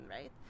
right